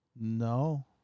No